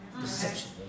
deception